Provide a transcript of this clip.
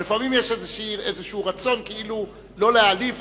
לפעמים יש איזה רצון כאילו לא להעליב,